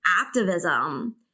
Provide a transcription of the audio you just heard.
activism